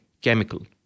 chemical